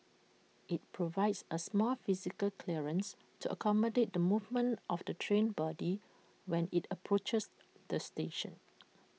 IT provides A small physical clearance to accommodate the movement of the train body when IT approaches the station